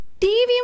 TV